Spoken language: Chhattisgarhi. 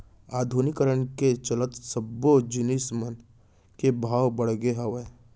आधुनिकीकरन के चलत सब्बो जिनिस मन के भाव बड़गे हावय